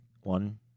one